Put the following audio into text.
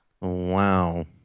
Wow